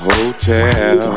Hotel